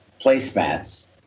placemats